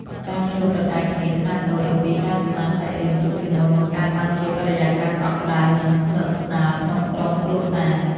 ការឈ្លោះប្រកែកគ្នាខ្នាតតូចអំពីការស្មានសាច់រឿងទុកជាមុនបង្កើតបានជាបរិយាកាសកក់ក្ដៅនិងស្និទ្ធស្នាលក្នុងក្រុមគ្រួសារ។